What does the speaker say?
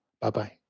Bye-bye